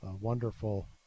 wonderful